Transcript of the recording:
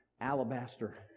Alabaster